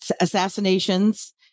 assassinations